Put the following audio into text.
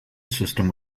system